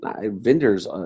vendors